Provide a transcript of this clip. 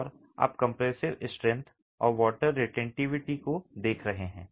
और आप compressive strength और वॉटर रिटेंटिविटी को देख रहे हैं